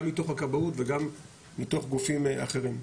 גם מתוך הכבאות וגם מתוך גופים אחרים.